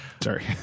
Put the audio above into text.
Sorry